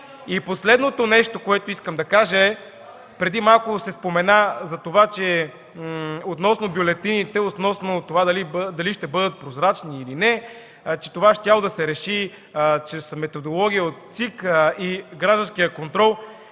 Последното, което искам да кажа. Преди малко се спомена относно бюлетините – дали ще бъдат прозрачни, или не, че това щяло да се реши чрез методология от ЦИК и гражданския контрол.